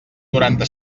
noranta